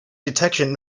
detection